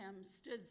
stood